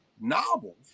novels